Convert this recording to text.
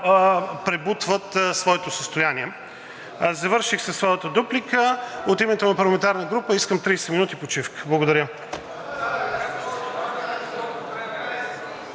пребутват своето състояние?! Завърших със своята дуплика. От името на парламентарна група искам 30 минути почивка. Благодаря.